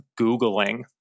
googling